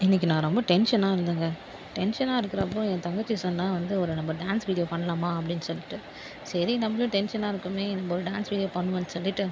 இன்னைக்கு நான் ரொம்ப டென்ஷனாக இருந்தேங்க டென்ஷனாக இருக்குறப்போ என் தங்கச்சி சொன்னா வந்து ஒரு நம்ப டான்ஸ் வீடியோ பண்ணலாமா அப்படின்னு சொல்லிட்டு சரி நம்பளும் டென்ஷனாக இருக்கோமே நம்ப ஒரு டான்ஸ் வீடியோ பண்ணுவோன்னு சொல்லிவிட்டு